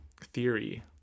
theory